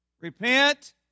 Repent